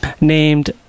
named